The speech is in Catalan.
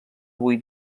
avui